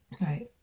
Right